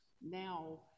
now